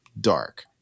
dark